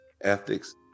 ethics